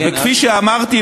כפי שאמרתי,